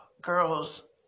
girls